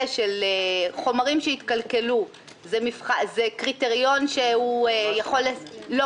של חומרים שהתקלקלו זה קריטריון שיכול לספק.